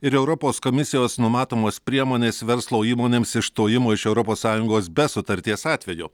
ir europos komisijos numatomos priemonės verslo įmonėms išstojimo iš europos sąjungos be sutarties atveju